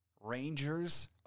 rangers